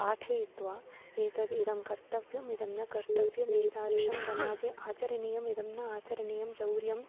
पाठयित्वा एतद् इदं कर्तव्यम् इदं न कर्तव्यम् एतादशं समाजे आचरणीयम् इदं न आचरणीयं चौर्यं